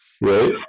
right